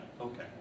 Okay